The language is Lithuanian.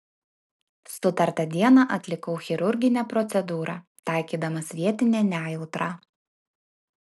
sutartą dieną atlikau chirurginę procedūrą taikydamas vietinę nejautrą